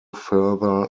further